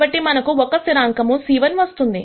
కాబట్టి మనకు ఒక స్థిరాంకము c1 వస్తుంది